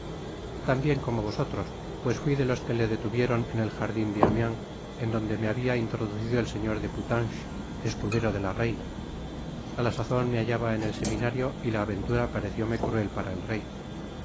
bien como vosotros pues fui de los que le detuvieron en el jardin de amiens en donde me habia introducido el señor de putange escudero de la reina a la sazon me hallaba en el seminario y la aventura parecióme cruel para el rey